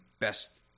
best